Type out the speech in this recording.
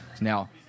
Now